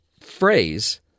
phrase